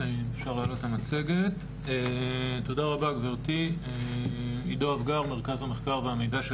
תודה רבה גברתי, עידו אפגר מרכז המידע והמחקר של